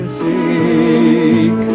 seek